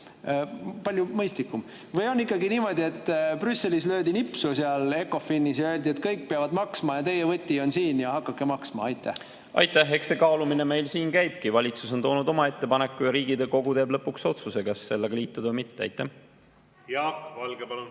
Palju mõistlikum. Või on ikkagi niimoodi, et Brüsselis löödi nipsu seal Ecofinis ja öeldi, et kõik peavad maksma ja teie võti on siin ja hakake maksma? Aitäh! Eks see kaalumine meil siin käibki. Valitsus on toonud oma ettepaneku ja Riigikogu teeb lõpuks otsuse, kas sellega liituda või mitte. Aitäh! Eks see kaalumine